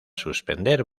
suspender